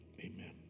amen